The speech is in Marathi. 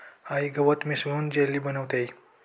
आई गवत मिसळून जेली बनवतेय